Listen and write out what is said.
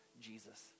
Jesus